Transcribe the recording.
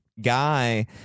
guy